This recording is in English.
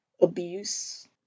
abuse